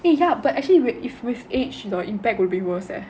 eh ya but actually wait if with age the impact will be worse eh